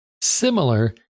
similar